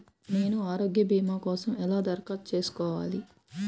నేను ఆరోగ్య భీమా కోసం ఎలా దరఖాస్తు చేసుకోవాలి?